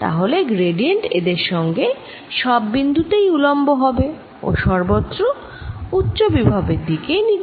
তাহলে গ্র্যাডিয়েন্ট এদের সঙ্গে সব বিন্দু তেই উলম্ব হবে ও সর্বত্র উচ্চ বিভবের দিকে নির্দেশ কবে